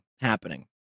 happening